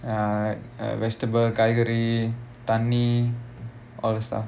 ya like uh vegetable காய்க்காரி தண்ணி:kaaikari thanni all that stuff